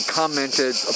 commented